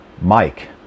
Mike